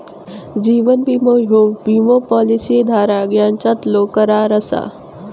जीवन विमो ह्यो विमो पॉलिसी धारक यांच्यातलो करार असा